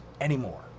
anymore